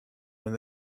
when